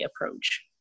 approach